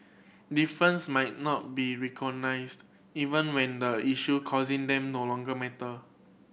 difference might not be even when the issue causing them no longer matter